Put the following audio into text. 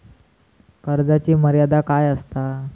कर्जाची मर्यादा काय असता?